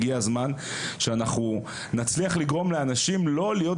הגיע הזמן שאנחנו נצליח לגרום לאנשים לא להיות